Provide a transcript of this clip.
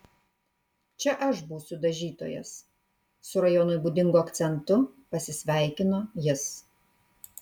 čia aš būsiu dažytojas su rajonui būdingu akcentu pasisveikino jis